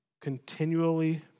continually